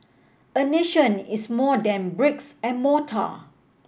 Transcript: a nation is more than bricks and mortar